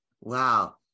Wow